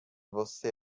você